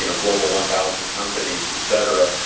you know global one thousand companies, et cetera.